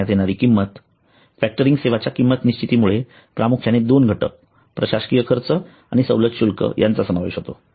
आकारण्यात येणारी किंमत फॅक्टरिंग सेवांच्या किंमत निश्चिती मध्ये प्रामुख्याने 2 घटक प्रशासकीय खर्च आणि सवलत शुल्क यांचा समावेश होतो